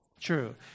True